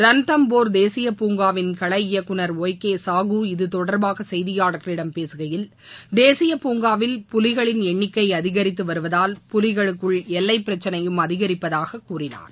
ரன்தம்போர் தேசிய பூங்காவின் கள இயக்குநர் ஒய் கே சாகு இதுதொடர்பாக செய்தியாளர்களிடம் பேசுகையில் தேசிய பூங்காவில் புலிகளின் எண்ணிக்கை அதிகரித்து வருவதால் புலிகளுக்குள் எல்வைப் பிரச்சினையும் அதிகரிப்பதாக கூறினார்